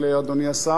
אדוני השר,